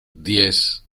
diez